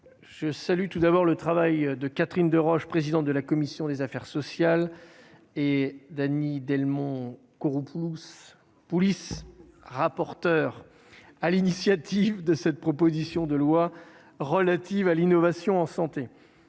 je salue tout d'abord le travail de Catherine Deroche, présidente de la commission des affaires sociales et d'Annie Delmont Koropoulis Pulis, rapporteur à l'initiative de cette proposition de loi relative à l'innovation en santé